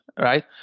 right